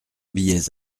billets